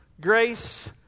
Grace